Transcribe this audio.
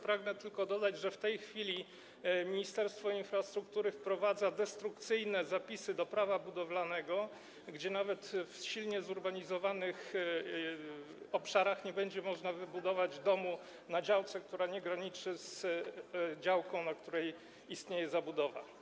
Pragnę tylko dodać, że w tej chwili ministerstwo infrastruktury wprowadza destrukcyjne zapisy do Prawa budowlanego, zgodnie z którymi nawet na silnie zurbanizowanych obszarach nie będzie można wybudować domu na działce, która nie graniczy z działką, na której istnieje zabudowa.